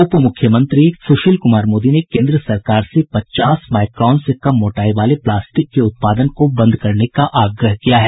उप मुख्यमंत्री सुशील कुमार मोदी ने केंद्र सरकार से पचास माईक्रॉन से कम मोटाई वाले प्लास्टिक के उत्पादन को बंद करने का आग्रह किया है